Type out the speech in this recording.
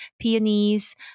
peonies